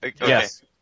Yes